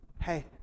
hey